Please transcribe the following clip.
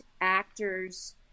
actors